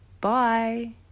Bye